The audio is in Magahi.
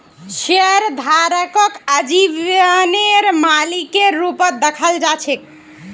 शेयरधारकक आजीवनेर मालिकेर रूपत दखाल जा छेक